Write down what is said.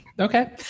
Okay